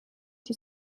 die